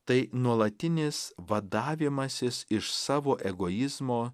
tai nuolatinis vadavimasis iš savo egoizmo